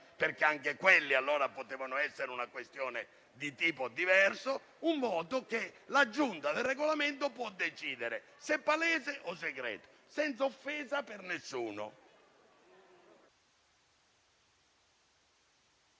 (perché anche quelli potevano essere una questione di tipo diverso), un voto che la Giunta per il Regolamento può decidere se palese o segreto, senza offesa per nessuno.